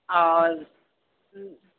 اور